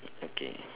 okay